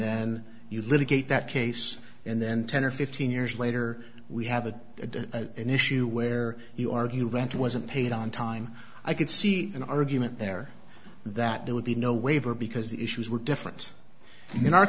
then you litigate that case and then ten or fifteen years later we have a a an issue where you argue rent wasn't paid on time i could see an argument there that there would be no waiver because the issues were different in our